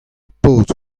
paotr